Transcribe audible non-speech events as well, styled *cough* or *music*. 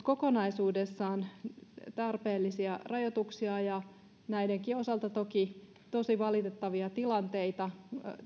*unintelligible* kokonaisuudessaan tarpeellisia rajoituksia ja näidenkin osalta toki tosi valitettavia tilanteita